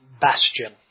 Bastion